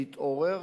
תתעורר,